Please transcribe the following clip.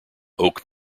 oak